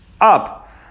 Up